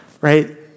Right